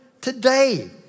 today